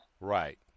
Right